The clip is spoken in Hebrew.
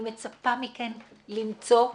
אני מצפה מכם למצוא פתרון,